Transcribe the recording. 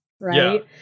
Right